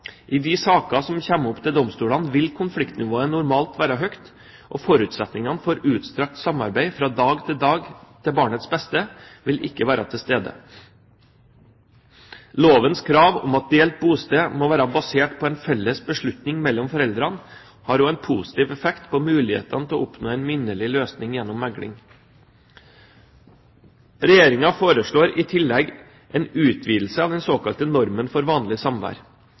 I de sakene som kommer opp i domstolene, vil konfliktnivået normalt være høyt, og forutsetningene for utstrakt samarbeid til barnets beste fra dag til dag vil ikke være til stede. Lovens krav om at delt bosted må være basert på en felles beslutning mellom foreldrene, har også en positiv effekt på mulighetene til å oppnå en minnelig løsning gjennom mekling. Regjeringen foreslår i tillegg en utvidelse av den såkalte normen for vanlig samvær.